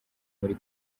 muri